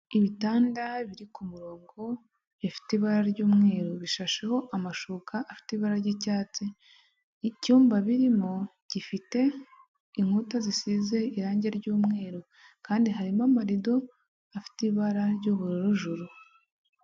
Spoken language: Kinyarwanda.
Ibitanda biri ku murongo, bifite ibara ry'umweru, bishasheho amashuka afite ibara ry'icyatsi, icyumba birimo gifite inkuta zisize irangi ry'umweru kandi harimo amarido afite ibara ry'ubururu juru.